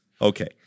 Okay